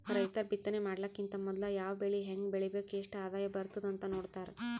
ರೈತರ್ ಬಿತ್ತನೆ ಮಾಡಕ್ಕಿಂತ್ ಮೊದ್ಲ ಯಾವ್ ಬೆಳಿ ಹೆಂಗ್ ಬೆಳಿಬೇಕ್ ಎಷ್ಟ್ ಆದಾಯ್ ಬರ್ತದ್ ಅಂತ್ ನೋಡ್ತಾರ್